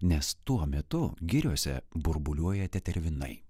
nes tuo metu giriose burbuliuoja tetervinai